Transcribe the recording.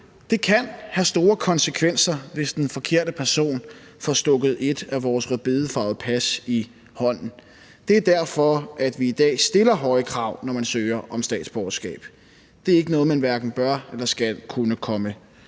Det kan have store konsekvenser, hvis den forkerte person får stukket et af vores rødbedefarvede pas i hånden. Det er derfor, at vi i dag stiller høje krav, når man søger om statsborgerskab. Det er noget, man hverken bør eller skal kunne komme